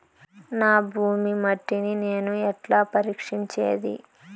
నా భూమి మట్టిని నేను ఎట్లా పరీక్షించేది?